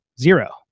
Zero